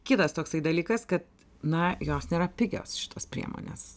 kitas toksai dalykas kad na jos nėra pigios šitos priemonės